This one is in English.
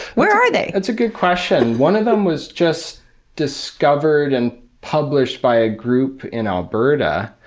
where are they? that's a good question. one of them was just discovered and published by a group in alberta,